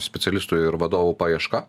specialistų ir vadovų paieška